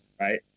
right